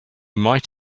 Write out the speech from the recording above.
might